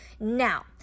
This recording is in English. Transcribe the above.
Now